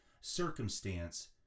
circumstance